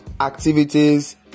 activities